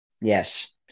Yes